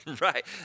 Right